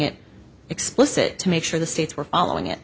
it explicit to make sure the states were following it